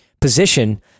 position